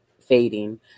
fading